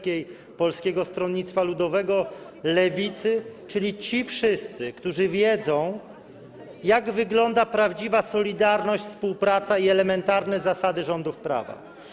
Koalicji Obywatelskiej, Polskiego Stronnictwa Ludowego, Lewicy, czyli ci wszyscy, którzy wiedzą, jak wygląda prawdziwa solidarność, współpraca i elementarne zasady rządów prawa.